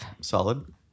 Solid